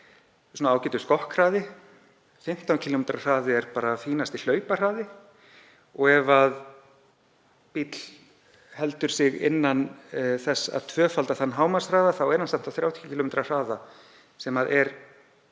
er ágætur skokkhraði og 15 km hraði er bara fínasti hlaupahraði. Ef bíll heldur sig innan þess að tvöfalda þann hámarkshraða er hann samt á 30 km hraða, sem er